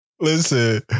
Listen